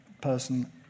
person